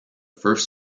first